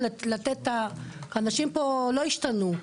אנשים פה לא השתנו,